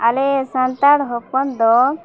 ᱟᱞᱮ ᱥᱟᱱᱛᱟᱲ ᱦᱚᱯᱚᱱ ᱫᱚ